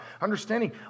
understanding